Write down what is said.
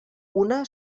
una